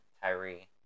Tyree